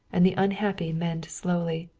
and the unhappy mend slowly.